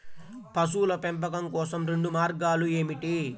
పశువుల పెంపకం కోసం రెండు మార్గాలు ఏమిటీ?